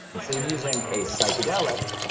instead of using a psychedelic,